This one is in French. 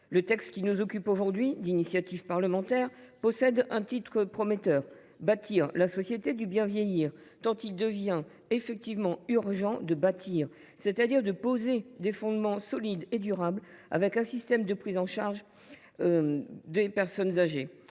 Le texte qui nous occupe aujourd’hui, d’initiative parlementaire, possède un titre prometteur :« bâtir la société du bien vieillir ». Il devient en effet urgent de bâtir, c’est à dire de poser des fondements solides et durables pour un système de prise en charge des personnes âgées.